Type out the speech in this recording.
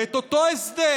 ואותו הסדר